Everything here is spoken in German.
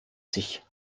sich